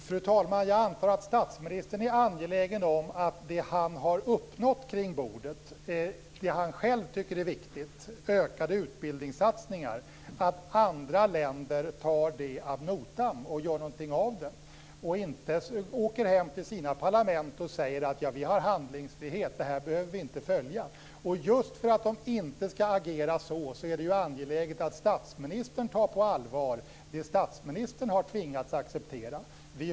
Fru talman! Jag antar att statsministern är angelägen om att andra länder tar det han har uppnått kring bordet och det han själv tycker är viktigt, t.ex. ökade utbildningssatsningar, ad notam och gör någonting av det. De får inte åka hem till sina parlament och säga att de har handlingsfrihet och att de inte behöver följa det som sagts. Just för att de inte skall agera så är det angeläget att statsministern tar det han har tvingats acceptera på allvar.